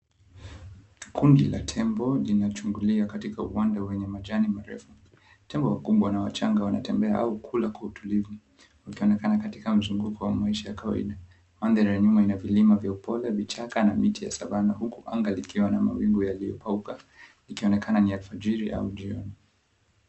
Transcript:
Kundi la tembo linachungulia katika upande wenye majani marefu. Tembo wakubwa na wachanga wanatembea au kula kwa utulivu ikionekana katika mzinguko wa maisha ya kawaida. Maandhari ya nyuma ina vilima vya upole, vichaka na miti ya savannah , huku anga likiwa na mawingu yaliokauka ikionekana ni alfajiri au jioni.